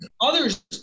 others